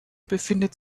befindet